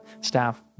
staff